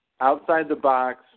outside-the-box